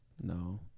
No